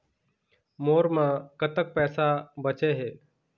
मोर म कतक पैसा बचे हे?